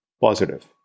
Positive